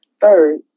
Third